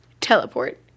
Teleport